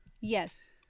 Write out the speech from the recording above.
Yes